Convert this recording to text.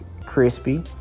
crispy